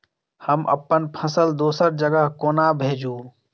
हम अप्पन फसल दोसर जगह कोना भेजू?